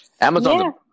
Amazon